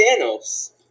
Thanos